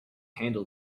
handle